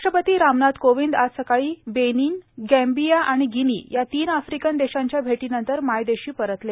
राष्ट्रपती रामनाथ कोविंद आज सकाळी बेनिन गॅम्बिया आणि गिनी या तीन आफ्रिकन देशांच्या भेटीनंतर मायदेशी परतले